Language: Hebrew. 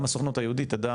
גם הסוכנות היהודית תדע